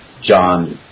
John